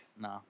No